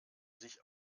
sich